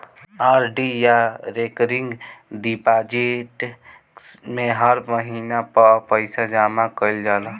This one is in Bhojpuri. आर.डी या रेकरिंग डिपाजिट में हर महिना पअ पईसा जमा कईल जाला